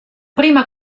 prima